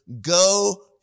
go